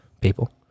people